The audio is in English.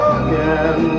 again